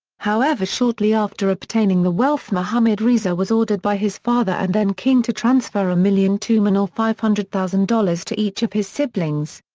however shortly after obtaining the wealth mohammad reza was ordered by his father and then king to transfer a million tooman or five hundred thousand dollars to each of his siblings.